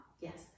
Yes